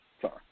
Sorry